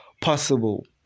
possible